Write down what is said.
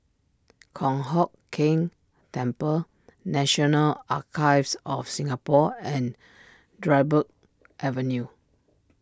Kong Hock Keng Temple National Archives of Singapore and Dryburgh Avenue